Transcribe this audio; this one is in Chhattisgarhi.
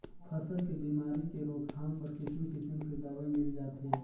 फसल के बेमारी के रोकथाम बर किसिम किसम के दवई मिल जाथे